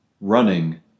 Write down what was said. running